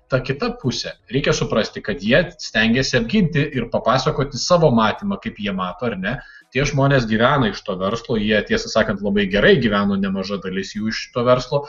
ta kita pusė reikia suprasti kad jie stengiasi apginti ir papasakoti savo matymą kaip jie mato ar ne tie žmonės gyvena iš to verslo jie tiesą sakant labai gerai gyvena nemaža dalis jų iš šito verslo